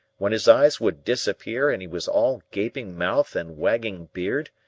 when his eyes would disappear and he was all gaping mouth and wagging beard,